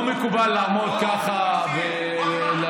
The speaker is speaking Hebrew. לא מקובל לעמוד ככה ולהעיר.